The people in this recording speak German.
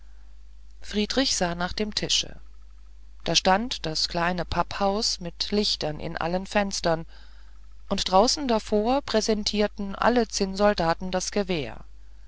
friedrich sah nach dem tische da stand das kleine papphaus mit licht in den fenstern und draußen davor präsentierten alle zinnsoldaten das gewehr